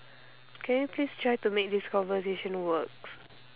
can you please try to make this conversation works